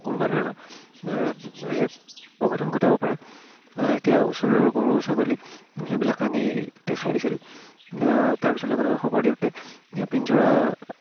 কোনোবা ধৰণৰ অঘটন ঘটাব পাৰে এতিয়া ওচৰৰ গৰু ছাগলী সেইবিলাক আনি দেখাই দিছিল তাৰ পিছত লগে লগে খবৰ দিওঁতে পিঞ্জৰা